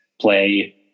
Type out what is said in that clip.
play